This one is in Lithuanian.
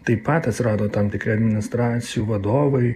taip pat atsirado tam tikri administracijų vadovai